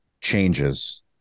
changes